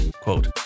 quote